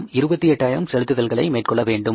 நாம் 28000 செலுத்துதல்களை மேற்கொள்ள வேண்டும்